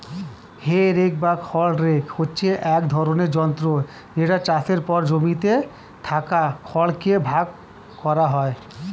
হে rake বা খড় rake হচ্ছে এক ধরণের যন্ত্র যেটা চাষের পর জমিতে থাকা খড় কে ভাগ করা হয়